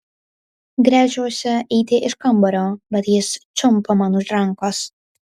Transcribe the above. gręžiuosi eiti iš kambario bet jis čiumpa man už rankos